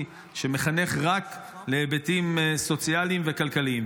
שמחנך רק להיבטים סוציאליים וכלכליים.